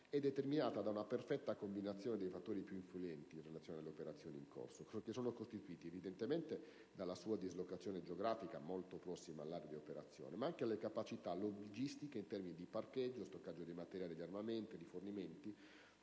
determinata da una perfetta combinazione dei fattori più influenti ai fini delle predette operazioni, che sono costituiti evidentemente dalla sua dislocazione geografica molto prossima all'area di interesse, nonché dalle capacità logistiche, in termini di aree di parcheggio, stoccaggio dei materiali ed armamenti, rifornimenti,